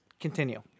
Continue